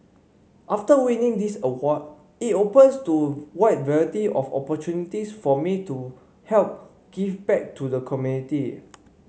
after winning this award it opens to a wide variety of opportunities for me to help give back to the community